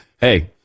hey